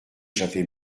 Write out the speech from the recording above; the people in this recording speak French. j’avais